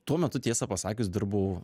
tuo metu tiesą pasakius dirbau